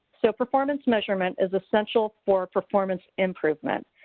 so performance measurement is essential for performance improvement.